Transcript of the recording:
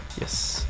Yes